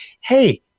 hey